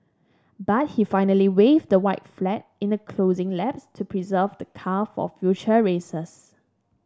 but he finally waved the white flag in the closing laps to preserve the car for future races